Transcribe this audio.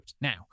Now